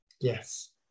Yes